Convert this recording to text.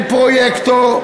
אין פרויקטור.